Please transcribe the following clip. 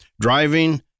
driving